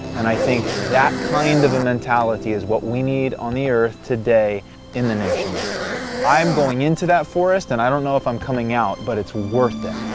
and i think that kind of a mentality is what we need on the earth today in the nations i'm going into that forest, and i don't know if i'm coming out, but it's worth it.